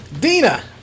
Dina